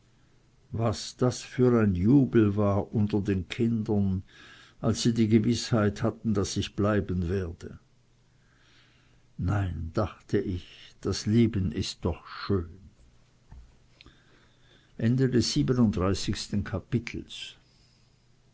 was das für ein jubel war unter den kindern als sie die gewißheit hatten daß ich bleiben werde nein dachte ich das leben ist doch schön